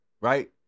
right